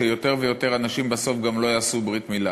שיותר ויותר אנשים בסוף גם לא יעשו ברית-מילה,